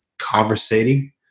conversating